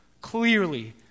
clearly